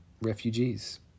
refugees